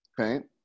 Okay